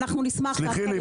סלחי לי,